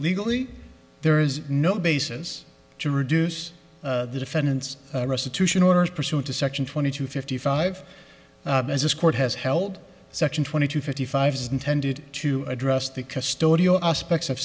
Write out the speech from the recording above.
legally there is no basis to reduce the defendant's restitution orders pursuant to section twenty two fifty five as this court has held section twenty two fifty five is intended to address the custodial aspects of